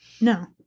No